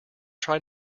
try